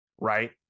right